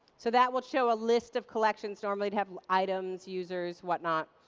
so that would show a list of collections, normally, to have items, users, whatnot.